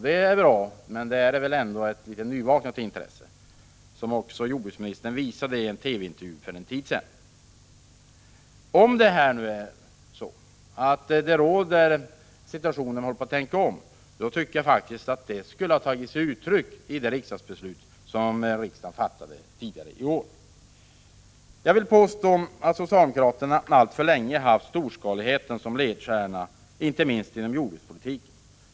Det är bra, men det är väl ändå ett litet nyvaknat intresse, som jordbruksministern också visade i en TV-intervju för en tid sedan. Om man nu håller på att tänka om tycker jag att det borde ha tagit sig uttryck i det riksdagsbeslut som vi fattade tidigare i vår. Jag vill påstå att socialdemokraterna alltför länge har haft storskaligheten som ledstjärna, inte minst inom jordbruket.